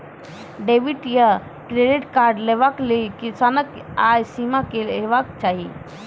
Debit या credit card लेवाक लेल किसानक आय सीमा की हेवाक चाही?